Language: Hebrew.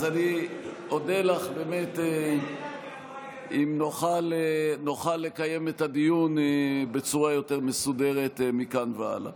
אז אני אודה לך אם נוכל לקיים את הדיון בצורה יותר מסודרת מכאן והלאה.